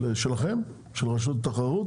שלכם, של רשות התחרות?